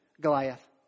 Goliath